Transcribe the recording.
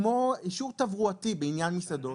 כמו אישור תברואתי בעניין מסעדות